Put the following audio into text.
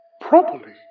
Properly